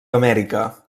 amèrica